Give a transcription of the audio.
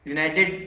United